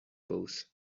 pose